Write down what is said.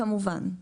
כמובן.